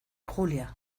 julia